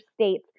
state's